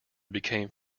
became